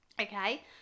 okay